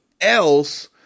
else